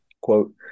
Quote